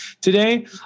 today